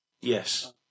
Yes